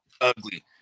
ugly